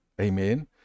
Amen